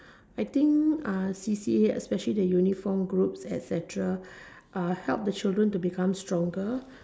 I think C_C_A especially the uniform group etcetera help the children to become stronger